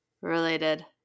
related